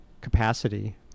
capacity